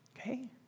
Okay